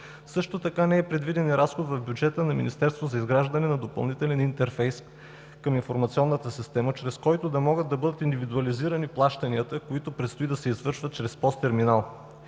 Също така не е предвиден и разход по бюджета на министерството за изграждане на допълнителен интерфейс към Информационната система, чрез който да могат да бъдат индивидуализирани плащанията, които предстои да се извършват чрез ПОС терминал,